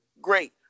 great